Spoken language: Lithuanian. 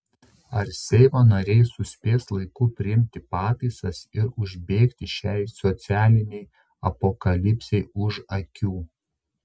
ar seimo nariai suspės laiku priimti pataisas ir užbėgti šiai socialinei apokalipsei už akių